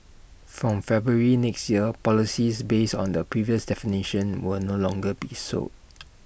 from February next year policies based on the previous definitions will no longer be sold